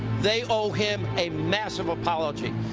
they owe him a massive apology.